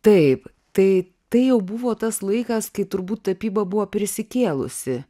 taip tai tai jau buvo tas laikas kai turbūt tapyba buvo prisikėlusi